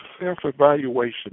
self-evaluation